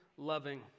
Loving